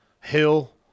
Hill